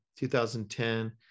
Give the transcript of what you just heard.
2010